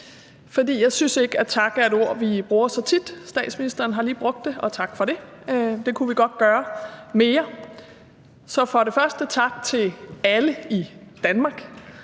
for jeg synes ikke, at tak er et ord, vi bruger så tit. Statsministeren har lige brugt det, og tak for det. Det kunne vi godt gøre mere. Så for det første tak til alle i Danmark,